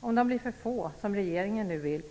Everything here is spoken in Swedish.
Om de blir för få - vilket regeringen nu vill